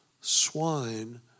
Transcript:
swine